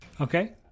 Okay